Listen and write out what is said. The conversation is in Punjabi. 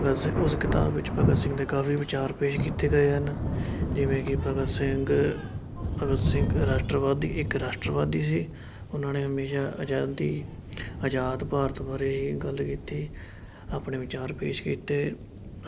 ਵੈਸੇ ਉਸ ਕਿਤਾਬ ਵਿੱਚ ਭਗਤ ਸਿੰਘ ਦੇ ਕਾਫੀ ਵਿਚਾਰ ਪੇਸ਼ ਕੀਤੇ ਗਏ ਹਨ ਜਿਵੇਂ ਕਿ ਭਗਤ ਸਿੰਘ ਭਗਤ ਸਿੰਘ ਰਾਸ਼ਟਰਵਾਦੀ ਇੱਕ ਰਾਸ਼ਟਰਵਾਦੀ ਸੀ ਉਹਨਾਂ ਨੇ ਹਮੇਸ਼ਾ ਅਜ਼ਾਦੀ ਆਜ਼ਾਦ ਭਾਰਤ ਬਾਰੇ ਗੱਲ ਕੀਤੀ ਆਪਣੇ ਵਿਚਾਰ ਪੇਸ਼ ਕੀਤੇ